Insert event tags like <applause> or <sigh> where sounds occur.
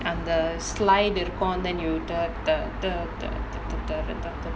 அந்த:antha slide இருக்கும்:irukum then you <noise>